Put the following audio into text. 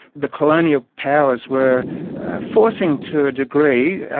the colonial powers were forcing, to a degree,